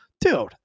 dude